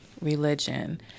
religion